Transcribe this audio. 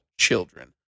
children